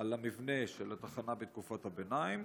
למבנה של התחנה בתקופת הביניים?